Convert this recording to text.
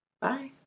Bye